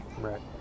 Right